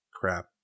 crap